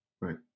Right